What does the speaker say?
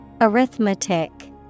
Arithmetic